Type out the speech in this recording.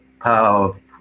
power